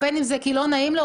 בין אם זה כי לא נעים לו,